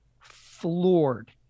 floored